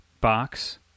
box